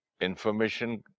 information